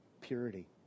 purity